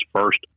first